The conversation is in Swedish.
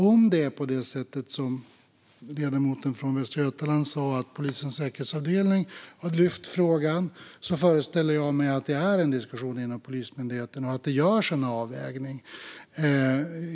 Om det är så, som ledamoten från Västra Götaland sa, att polisens säkerhetsavdelning har lyft frågan föreställer jag mig att det förs en diskussion inom Polismyndigheten och att det görs en avvägning.